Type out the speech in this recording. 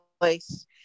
Place